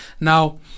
Now